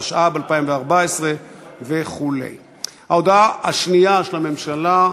התשע"ב 2012. ההודעה השנייה של הממשלה,